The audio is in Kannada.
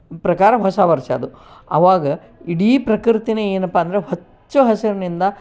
ಪ್ರಕಾರ ಹೊಸ ವರ್ಷ ಅದು ಅವಾಗ ಇಡೀ ಪ್ರಕೃತಿನೇ ಏನಪ್ಪ ಅಂದ್ರೆ ಹಚ್ಚ ಹಸುರಿನಿಂದ